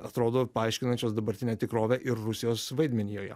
atrodo paaiškinančios dabartinę tikrovę ir rusijos vaidmenį joje